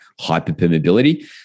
hyperpermeability